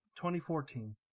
2014